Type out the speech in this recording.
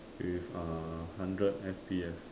with uh hundred F_P_S